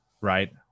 right